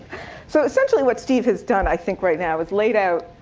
so essentially, what steve has done, i think, right now is laid out,